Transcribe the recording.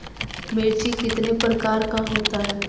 मिर्ची कितने प्रकार का होता है?